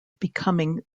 becoming